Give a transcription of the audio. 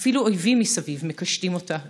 / אפילו אויבים מסביב מקשטים אותה /